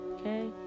Okay